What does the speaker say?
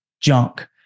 junk